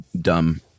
dumb